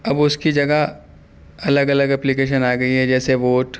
اب اس کی جگہ الگ الگ اپلیکیشن آ گئی ہے جیسے ووٹ